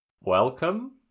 Welcome